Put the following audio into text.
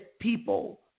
people